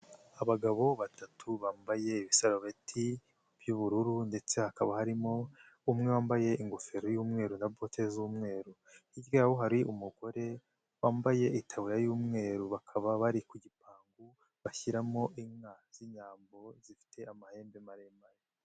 Abagabo batatu bambaye ibisarubeti by'ubururu ndetse hakaba harimo umwe wambaye ingofero y'umweru na bote z'umweru, hirya yaho hari umugore wambaye itaburiya y'umweru, bakaba bari ku gipangu bashyiramo inka z'inyambo zifite amahembe maremare.